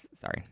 sorry